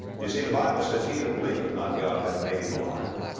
you see, the bible says, he that believeth not god hath made him a liar.